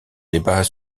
débat